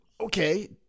okay